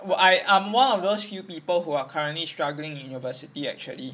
well I I am one of those few people who are currently struggling uni actually